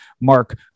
Mark